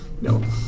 No